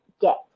get